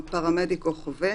פרמדיק או חובש,